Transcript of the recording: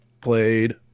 played